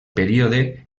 període